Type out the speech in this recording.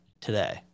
today